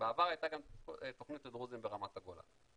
בעבר הייתה גם תוכנית לדרוזים ברמת הגולן.